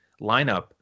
lineup